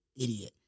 idiot